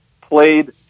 played